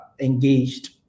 engaged